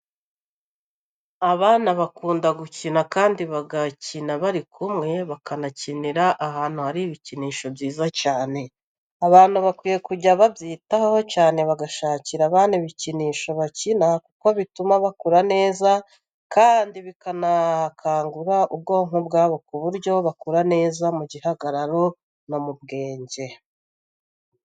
Abana bakunda gukina kandi bagakina bari kumwe bakanakinira ahantu hari ibikinisho byiza cyane. Abantu bakwiye kujya babyitaho cyane bagashakira abana ibikinisho bakina kuko bituma bakura neza, kandi bikanakangura ubwonko bwabo ku buryo bakura neza mu gihagararo no mu bwenge.